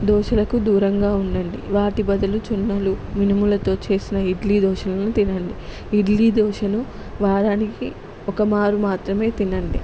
దోశలకు దూరంగా ఉండండి వాటి బదులు చున్నలు మినుములతో చేసిన ఇడ్లీ దోశలను తినండి ఇడ్లీ దోశలు వారానికి ఒక మారు మాత్రమే తినండి